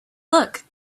look